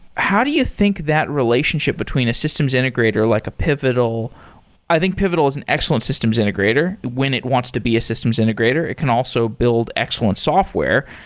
how do you think that relationship between a systems integrator, like at pivotal i think pivotal is an excellent systems integrator when it wants to be a systems integrator. it can also build excellent software.